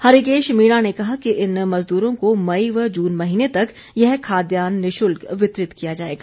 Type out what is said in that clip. हरिकेश मीणा ने कहा कि इन मज़दूरों को मई व जून महीने तक यह खाद्यान्न निशुल्क वितरित किया जाएगा